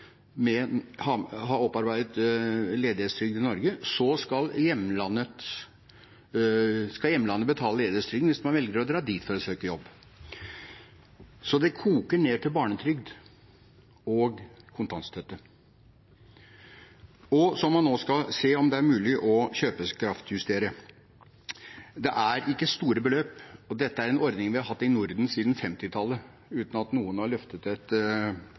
har opparbeidet ledighetstrygd i Norge, så skal hjemlandet betale ledighetstrygden hvis man velger å dra dit for å søke jobb. Det koker ned til barnetrygd og kontantstøtte, som man nå skal se på om er mulig å kjøpekraftjustere. Det er ikke store beløp, og det er en ordning vi har hatt i Norden siden 1950-tallet, uten at noen har løftet et